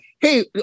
Hey